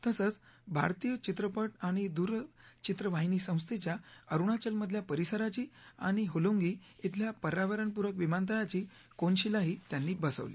तसंच भारतीय चित्रपट आणि दूरचित्रवाहिनी संस्थेच्या अरुणाचलमधल्या परिसराची आणि होलोंगी इथल्या पर्यावरणपूरक विमानतळाची कोनशिलाही त्यांनी बसवली